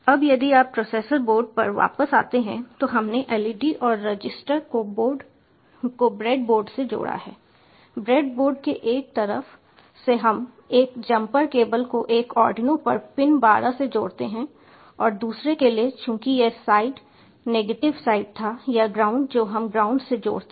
अब यदि आप प्रोसेसर बोर्ड पर वापस आते हैं तो हमने LED और रजिस्टर को ब्रेड बोर्ड से जोड़ा है ब्रेड बोर्ड के एक तरफ से हम एक जम्पर केबल को एक आर्डिनो पर पिन 12 से जोड़ते हैं और दूसरे के लिए चूंकि यह साइड नेगेटिव साइड था या ग्राउंड जो हम ग्राउंड से जोड़ते हैं